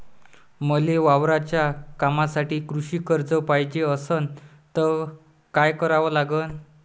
मले वावराच्या कामासाठी कृषी कर्ज पायजे असनं त काय कराव लागन?